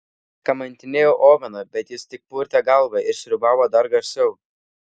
kamantinėjau oveną bet jis tik purtė galvą ir sriūbavo dar garsiau